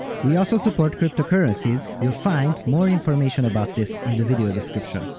we also support cryptocurrencies, you'll find more information about this in the video description.